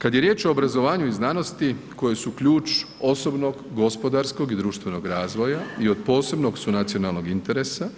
Kad je riječ o obrazovanju i znanosti koji su ključ osobnog, gospodarskog i društvenog razvoja i od posebnog su nacionalnog interesa,